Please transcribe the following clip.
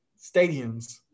stadiums